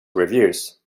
reviews